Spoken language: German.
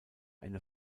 eine